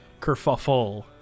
Kerfuffle